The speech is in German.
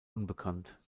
unbekannt